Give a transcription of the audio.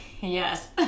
yes